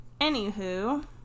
Anywho